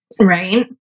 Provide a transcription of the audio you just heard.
Right